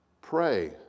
pray